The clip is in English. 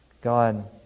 God